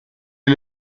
est